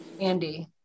Andy